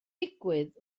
digwydd